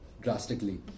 drastically